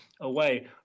away